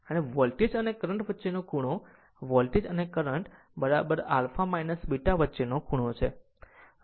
અને વોલ્ટેજ અને કરંટ વચ્ચેનો ખૂણો આ વોલ્ટેજ અને કરંટ α β વચ્ચેનો ખૂણો છે